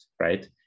right